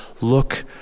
look